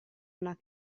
una